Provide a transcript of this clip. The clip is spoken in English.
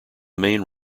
main